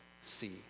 see